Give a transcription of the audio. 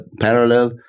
parallel